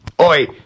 Oi